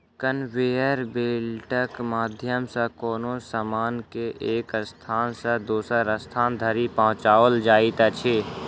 conveyor बेल्टक माध्यम सॅ कोनो सामान के एक स्थान सॅ दोसर स्थान धरि पहुँचाओल जाइत अछि